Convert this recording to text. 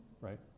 right